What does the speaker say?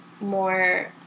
more